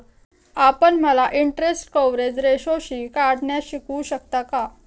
आपण मला interest coverage ratio काढण्यास शिकवू शकता का?